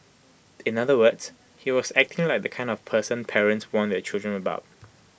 in other words he was acting like the kind of person parents warn their children about